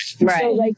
right